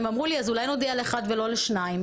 הם אמרו לי שאולי יודיעו לאחד ולא לשניים,